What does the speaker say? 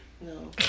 No